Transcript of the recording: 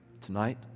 tonight